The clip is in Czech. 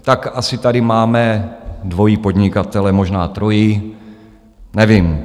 Tak asi tady máme dvojí podnikatele, možná trojí, nevím.